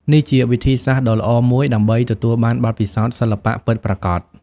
នេះជាវិធីសាស្រ្តដ៏ល្អមួយដើម្បីទទួលបានបទពិសោធន៍សិល្បៈពិតប្រាកដ។